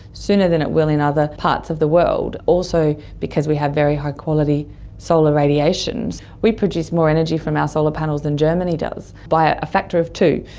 sooner than it will in other parts of the world. also because we have very high quality solar radiations, we produce more energy from our solar panels than germany does by a factor of two.